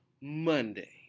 Monday